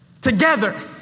together